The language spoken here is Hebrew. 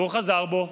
והוא חזר בו,